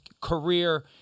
career